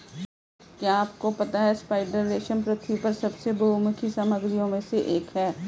क्या आपको पता है स्पाइडर रेशम पृथ्वी पर सबसे बहुमुखी सामग्रियों में से एक है?